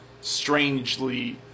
strangely